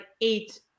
eight